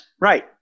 right